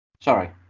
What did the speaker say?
Sorry